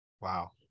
Wow